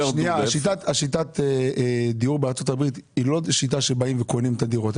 שיטת הדיור בארצות הברית היא לא שיטה שבאים וקונים את הדירות.